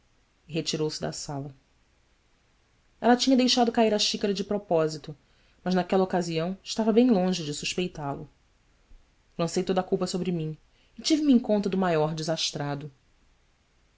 retirou-se da sala ela tinha deixado cair a xícara de propósito mas naquela ocasião estava bem longe de suspeitá lo lancei toda a culpa sobre mim e tive me em conta do maior desastrado